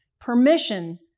permission